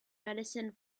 medicine